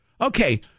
Okay